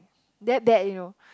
that bad you know